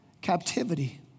captivity